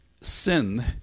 sin